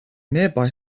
nearby